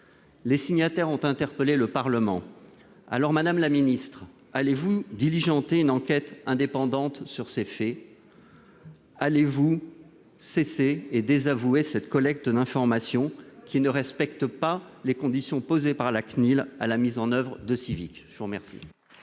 Les signataires ont interpellé le Parlement. Madame la ministre, allez-vous diligenter une enquête indépendante sur ces faits ? Allez-vous désavouer et faire cesser cette collecte d'informations, qui ne respecte pas les conditions posées par la CNIL à la mise en oeuvre de Sivic ? Très bien